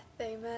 Amen